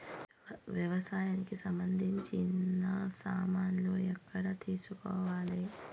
వ్యవసాయానికి సంబంధించిన సామాన్లు ఎక్కడ తీసుకోవాలి?